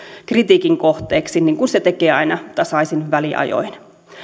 kritiikin kohteeksi niin kuin se tekee aina tasaisin väliajoin